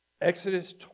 Exodus